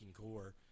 core –